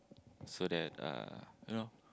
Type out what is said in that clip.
so that uh you know